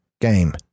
game